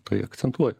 tai akcentuoja